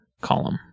column